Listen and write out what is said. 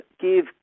give